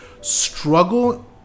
struggle